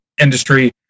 industry